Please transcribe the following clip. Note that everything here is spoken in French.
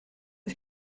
est